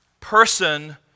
person